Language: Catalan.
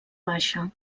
baixa